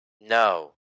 No